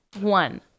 One